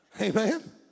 Amen